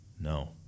no